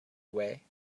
away